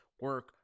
Work